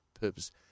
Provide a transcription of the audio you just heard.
purpose